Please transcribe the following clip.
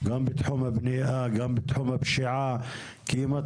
גם בתחום הבנייה, גם בתחום הפשיעה.